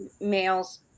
males